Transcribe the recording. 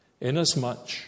Inasmuch